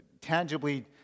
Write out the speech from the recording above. tangibly